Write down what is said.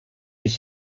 ich